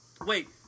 Wait